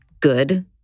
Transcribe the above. good